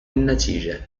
النتيجة